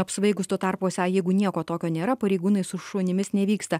apsvaigus tuo tarpu esą jeigu nieko tokio nėra pareigūnai su šunimis nevyksta